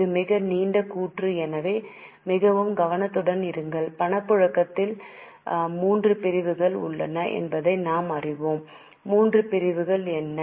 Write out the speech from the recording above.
இது மிக நீண்ட கூற்று எனவே மிகவும் கவனத்துடன் இருங்கள் பணப்புழக்கத்தில் மூன்று பிரிவுகள் உள்ளன என்பதை நாம் அறிவோம் மூன்று பிரிவுகள் என்ன